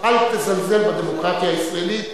אל תזלזל בדמוקרטיה הישראלית,